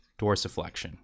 dorsiflexion